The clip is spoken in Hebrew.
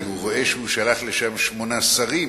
כי הוא רואה שהוא שלח לשם שמונה שרים,